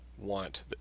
want